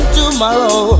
tomorrow